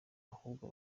ahubwo